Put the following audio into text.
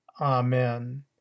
Amen